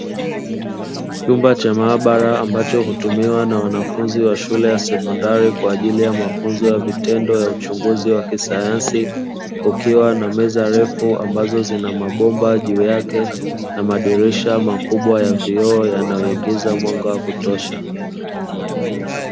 Chumba cha maabara ambacho hutumiwa na wanafunzi wa shule ya sekondari kwa ajili ya mafunzo ya vitendo ya uchunguzi wa kisayansi kukiwa na meza refu ambazo zina mabomba juu yake na madirisha makubwa ya vioo yanayoingiza mwanga wa kutosha.